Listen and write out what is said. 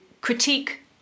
critique